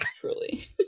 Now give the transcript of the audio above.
Truly